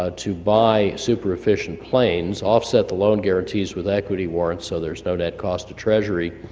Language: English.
ah to buy super efficient planes, offset the loan guarantees with equity warrants so there's no net cost to treasury,